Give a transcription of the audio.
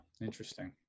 interesting